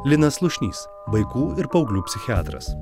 linas slušnys vaikų ir paauglių psichiatras